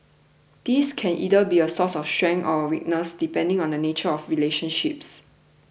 this can either be a source of strength or a weakness depending on the nature of the relationship